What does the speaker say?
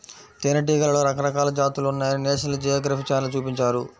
తేనెటీగలలో రకరకాల జాతులున్నాయని నేషనల్ జియోగ్రఫీ ఛానల్ చూపించారు